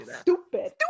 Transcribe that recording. stupid